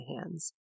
hands